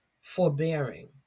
Forbearing